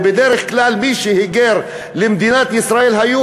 ובדרך כלל מי שהיגרו למדינת ישראל היו